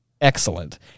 Excellent